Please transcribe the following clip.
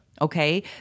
okay